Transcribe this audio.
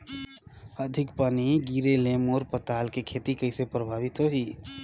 अधिक पानी गिरे ले मोर पताल के खेती कइसे प्रभावित होही?